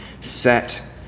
set